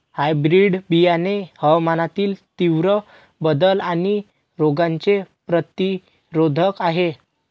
hybrid बियाणे हवामानातील तीव्र बदल आणि रोगांचे प्रतिरोधक आहे